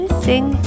sing